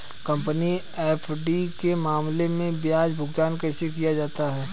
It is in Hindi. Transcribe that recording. कंपनी एफ.डी के मामले में ब्याज भुगतान कैसे किया जाता है?